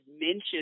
mentioned